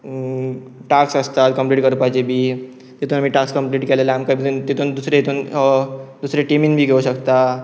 task आसतात complete करपाचे बी तितून आमी टास्क कंप्लीट केलेर आमकां तितून दुसरे हितून दुसरे टिमीन बी घेवं शकता